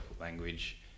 language